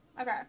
Okay